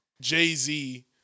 Jay-Z